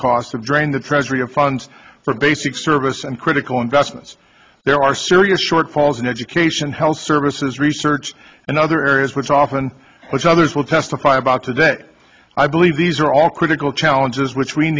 cost to drain the treasury of funds for basic service and critical investments there are serious shortfalls in education health services research and other areas which often which others will testify about today i believe these are all critical challenges which we